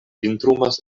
vintrumas